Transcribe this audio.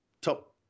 top